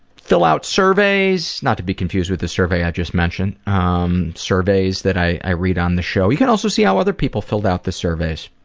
fill out surveys not to be confused with the survey i just mentioned um surveys that i read on the show. you can also see how other people filled out the surveys.